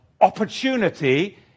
Opportunity